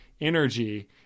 energy